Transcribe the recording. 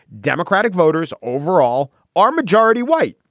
democratic voters overall are majority white.